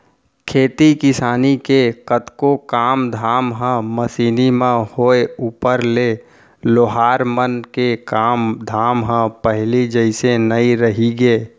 खेती किसानी के कतको काम धाम ह मसीनी म होय ऊपर ले लोहार मन के काम धाम ह पहिली जइसे नइ रहिगे